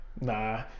nah